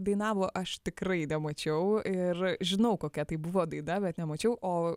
dainavo aš tikrai nemačiau ir žinau kokia tai buvo daina bet nemačiau o